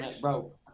Bro